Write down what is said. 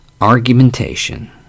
argumentation